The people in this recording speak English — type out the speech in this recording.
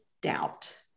doubt